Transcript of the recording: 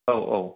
औ औ